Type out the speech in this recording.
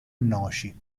noci